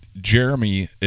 Jeremy